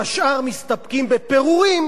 והשאר מסתפקים בפירורים,